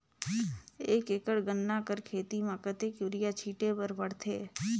एक एकड़ गन्ना कर खेती म कतेक युरिया छिंटे बर पड़थे?